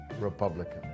Republican